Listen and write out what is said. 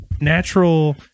natural